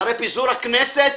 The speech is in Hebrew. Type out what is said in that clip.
אחרי פיזור הכנסת.